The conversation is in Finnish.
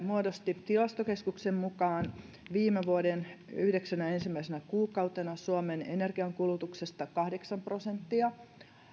muodosti tilastokeskuksen mukaan viime vuoden yhdeksänä ensimmäisenä kuukautena suomen energiankulutuksesta kahdeksan prosenttia